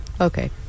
Okay